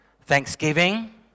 thanksgiving